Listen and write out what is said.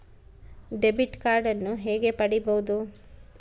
Debit ಕಾರ್ಡನ್ನು ಹೇಗೆ ಪಡಿಬೋದು?